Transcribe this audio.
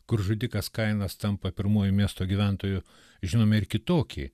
kur žudikas kainas tampa pirmuoju miesto gyventoju žinome ir kitokį